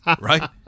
Right